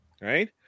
Right